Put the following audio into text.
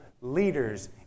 leaders